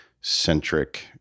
centric